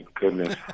goodness